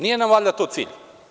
Nije nam valjda to cilj?